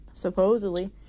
Supposedly